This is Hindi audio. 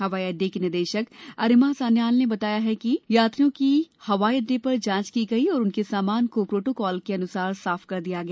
हवाई अड्डे के निदेशक अर्यमा सान्याल ने बताया कि यात्रियों की हवाई अड्डे पर जांच की गई और उनके सामान को प्रोटोकॉल के अनुसार साफ कर दिया गया